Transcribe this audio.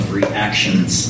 reactions